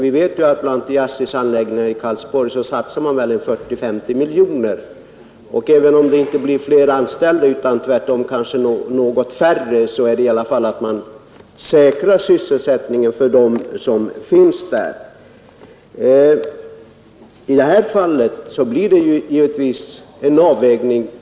Vi vet ju att man på ASSI:s anläggning i Karlsborg har satsat 40—50 miljoner, och även om det inte blir flera anställda utan tvärtom kanske något färre säkrar man sysselsättningen för dem som finns där. I det här fallet blir det givetvis en avvägning.